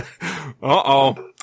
Uh-oh